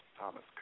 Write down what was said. Thomas